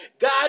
God